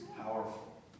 powerful